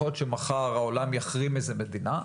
יכול להיות שמחר העולם יחרים איזו שהיא מדינה,